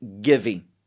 giving